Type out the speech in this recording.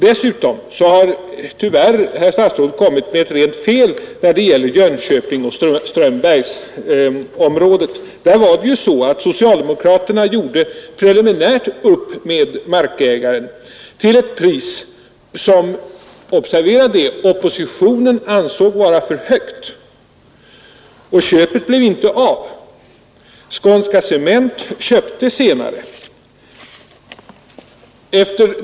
Dessutom har statsrådet tyvärr kommit med ett rent fel när det gäller Strömsbergsområdet i Jönköping. Socialdemokraterna gjorde där preliminärt upp med markägaren till ett pris som — observera det — oppositionen ansåg vara för högt. Köpet blev inte av. Skånska cement köpte senare området.